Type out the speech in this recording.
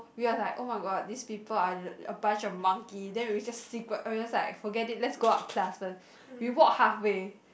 we were like oh-my-god these people are a bunch of monkey then we just secret oh we like just forget it let's go up class first we walk half way